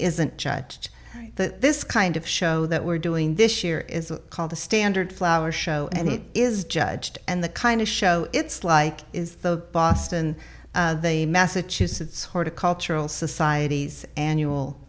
isn't judged this kind of show that we're doing this year is called the standard flower show and it is judged and the kind of show it's like is the boston massachusetts horticultural societies annual